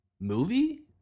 movie